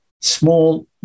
Small